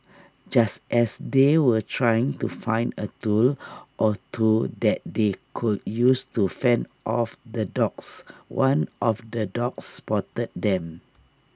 just as they were trying to find A tool or two that they could use to fend off the dogs one of the dogs spotted them